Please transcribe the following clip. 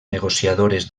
negociadores